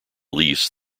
lease